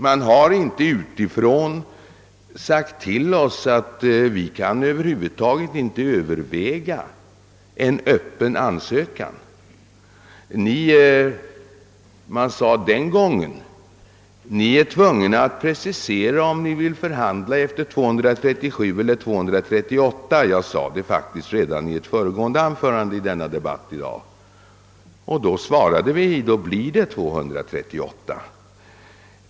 Man har inte nu utifrån sagt till oss att man över huvud taget inte kan överväga en öppen ansökan. Det sades den gången: Ni är tvungna att precisera om ni vill förhandla efter 8 237 eller 8 238 — vilket jag faktiskt har framhållit i ett tidigare anförande i dagens debatt. Då svarade vi att det blir § 238.